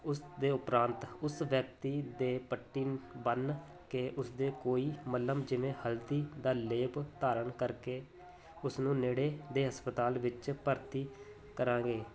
ਉਸਦੇ ਉਪਰੰਤ ਉਸ ਵਿਅਕਤੀ ਦੇ ਪੱਟੀ ਬੰਨ੍ਹ ਕੇ ਉਸਦੇ ਕੋਈ ਮੱਲ੍ਹਮ ਜਿਵੇਂ ਹਲਦੀ ਦਾ ਲੇਪ ਧਾਰਨ ਕਰਕੇ ਉਸ ਨੂੰ ਨੇੜੇ ਦੇ ਹਸਪਤਾਲ ਵਿੱਚ ਭਰਤੀ ਕਰਾਂਗੇ